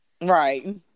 right